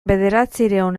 bederatziehun